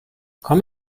come